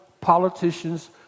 politicians